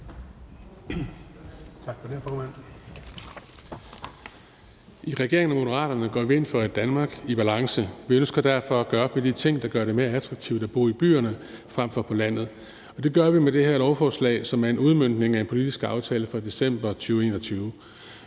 I regeringen og i Moderaterne går vi ind for et Danmark i balance. Vi ønsker derfor at gøre op med de ting, der gør det mere attraktivt at bo i byerne frem for på landet. Det gør vi med det her lovforslag, som er en udmøntning af en politisk aftale fra december 2021.